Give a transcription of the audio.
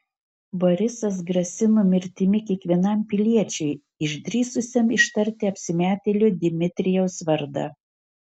borisas grasino mirtimi kiekvienam piliečiui išdrįsusiam ištarti apsimetėlio dmitrijaus vardą